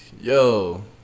yo